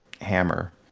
hammer